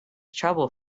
trouble